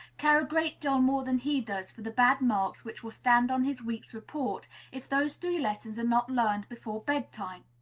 care a great deal more than he does for the bad marks which will stand on his week's report if those three lessons are not learned before bed-time.